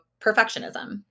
perfectionism